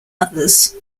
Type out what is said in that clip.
others